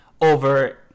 over